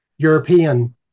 European